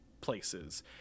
places